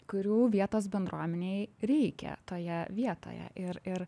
kurių vietos bendruomenei reikia toje vietoje ir ir